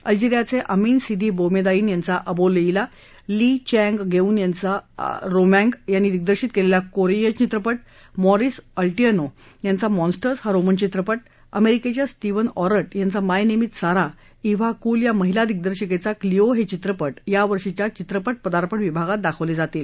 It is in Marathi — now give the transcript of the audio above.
अल्जीरियाचे अमीन सिदी बोमेदाइन यांचा Abou Leila Lee Chang geun हा रोमँग यांनी दिग्दर्शित केलेला कोरियन चित्रपट मॉरिस ओल्टेआनो यांचा मॉन्स्टर्स हा रोमन चित्रपट अमेरिकेच्या स्टीवन ऑरट यांचा my name is Sara Eva Cul या महिला दिग्दर्शिकेचा क्लिओ हे चित्रपट यावर्षींच्या चित्रपट पदार्पण विभागात दाखवले जातील